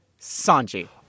Sanji